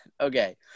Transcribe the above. Okay